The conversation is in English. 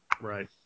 Right